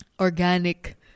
organic